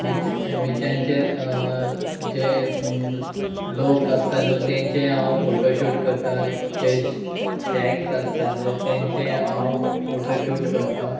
बिचांचेर जे लोक आसता न्हू तेंचे हांव फोटोशूट करता जे शॅक्स आसता न्हू तेंचे हांव फोटोशूट करता